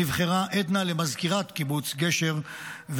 נבחרה עדנה למזכירת קיבוץ גשר,